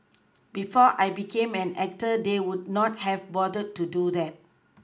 before I became an actor they would not have bothered to do that